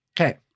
Okay